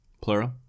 plural